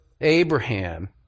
Abraham